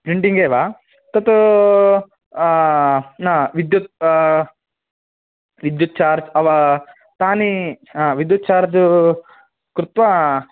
printing एव तत् न विद्युत् विद्युत्चार्ज् अव तानि हा विद्युत् चार्ज् कृत्वा